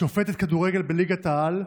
שופטת כדורגל בליגת-העל,